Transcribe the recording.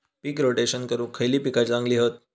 पीक rotation करूक खयली पीका चांगली हत?